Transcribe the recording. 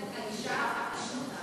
האישה הראשונה,